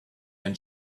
when